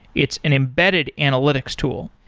it's an embedded analytics tool.